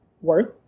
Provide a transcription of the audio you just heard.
worth